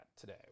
today